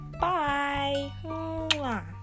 bye